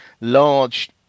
large